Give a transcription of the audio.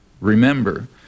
remember